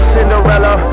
Cinderella